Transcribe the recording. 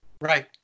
Right